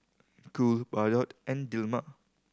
Cool Bardot and Dilmah